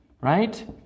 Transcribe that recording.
right